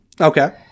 Okay